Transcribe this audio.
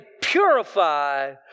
purify